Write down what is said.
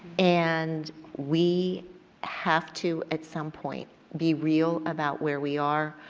and we have to at some point be real about where we are.